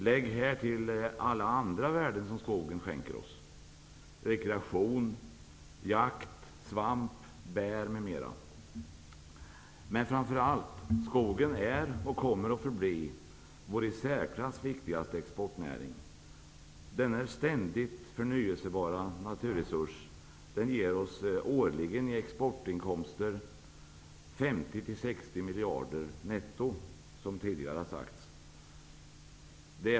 Härtill kan vi lägga alla andra värden som skogen skänker oss, rekreation, jakt, svamp, bär m.m. Men framför allt är skogen -- och kommer att förbli -- vår i särklass viktigaste exportnäring. Denna ständigt förnyelsebara naturresurs ger oss årligen i exportinkomster 50--60 miljarder kronor netto, som tidigare har sagts.